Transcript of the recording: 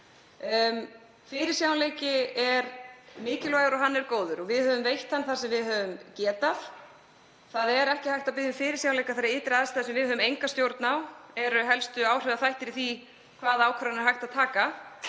Fyrirsjáanleiki er mikilvægur og hann er góður og við höfum veitt hann þar sem við höfum getað. Það er ekki hægt að biðja um fyrirsjáanleika þegar ytri aðstæður sem við höfum enga stjórn á eru helstu áhrifaþættir í því hvaða ákvarðanir er hægt að taka.